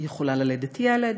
היא יכולה ללדת ילד,